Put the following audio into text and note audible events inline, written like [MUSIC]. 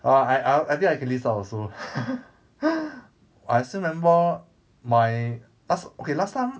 orh I I I think I can list down also [LAUGHS] I still remember my last okay last time